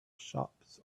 shops